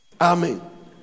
Amen